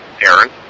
Aaron